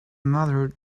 another